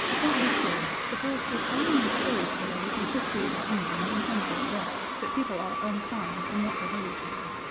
don't be silly, because it's only in fairy stories and histories of england and things like that, that people are unkind and want to hurt each other.